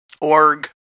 Org